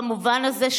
במובן הזה,